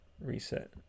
Reset